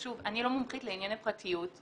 אני לא מומחית לענייני פרטיות.